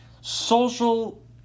social